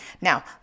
Now